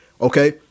Okay